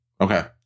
Okay